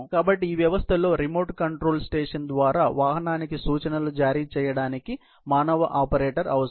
కాబట్టి ఈ వ్యవస్థలో రిమోట్ కంట్రోల్ స్టేషన్ ద్వారా వాహనానికి సూచనలు జారీ చేయడానికి మానవ ఆపరేటర్ అవసరం